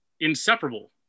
inseparable